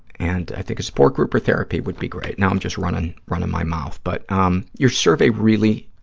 and i think a support group or therapy would be great. now i'm just running running my mouth, but um your survey really,